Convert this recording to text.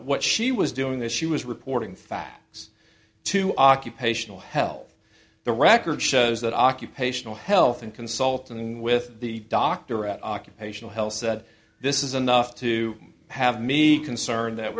what she was doing this she was reporting facts to occupational health the record shows that occupational health and consulting with the doctor at occupational health said this is enough to have me concerned that